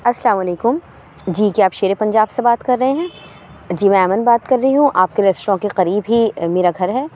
السلام علیکم جی کیا آپ شیر پنجاب سے بات کر رہے ہیں جی میں ایمن بات کر رہی ہوں آپ کے ریسٹوراں کے قریب ہی میرا گھر ہے